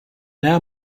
now